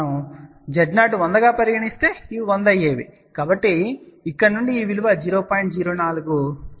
మన Z0 100 గా పరిగణిస్తే ఇవి 100 అయ్యేవి కాబట్టి ఇక్కడ నుండి ఈ విలువ 0